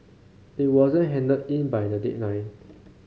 it wasn't handed in by the deadline